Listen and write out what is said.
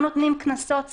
לא נותנים קנסות סתם.